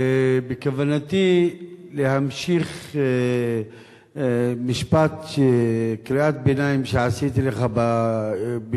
בכוונתי להמשיך משפט שקראתי אליך בקריאת ביניים